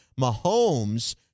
Mahomes